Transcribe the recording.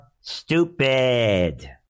stupid